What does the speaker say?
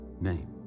name